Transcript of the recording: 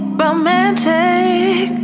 romantic